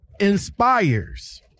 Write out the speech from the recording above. inspires